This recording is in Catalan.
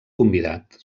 convidat